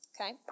okay